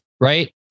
right